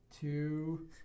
Two